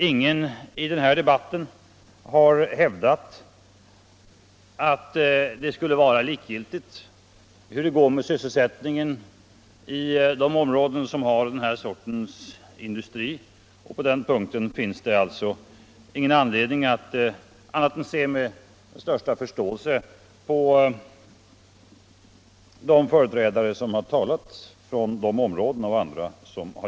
Ingen har i denna debatt hävdat att det skulle vara likgiltigt hur det går med sysselsättningen i de områden som har denna sorts industri. På den punkten finns det inte anledning annat än att ha den största förståelse för företrädarna för dessa områden.